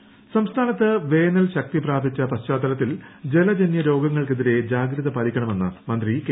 കെശൈലജ സംസ്ഥാനത്ത് വേനൽ ശക്തിപ്പാപ്പിച്ചു പശ്ചാത്തലത്തിൽ ജലജനൃരോഗങ്ങൾക്കെതിരെ ജാഗ്രത് പാലിക്കണമെന്ന് മന്ത്രി കെ